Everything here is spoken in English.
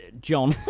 John